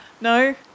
No